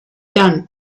done